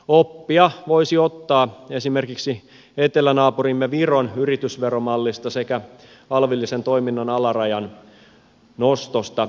oppia voisi ottaa esimerkiksi etelänaapurimme viron yritysveromallista sekä alvillisen toiminnan alarajan nostosta